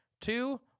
two